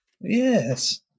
Yes